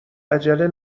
عجله